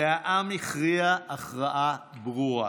והעם הכריע הכרעה ברורה.